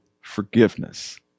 forgiveness